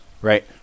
Right